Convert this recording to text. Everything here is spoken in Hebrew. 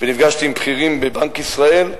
ונפגשתי עם בכירים בבנק ישראל,